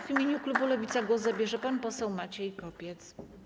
W imieniu klubu Lewica głos zabierze pan poseł Maciej Kopiec.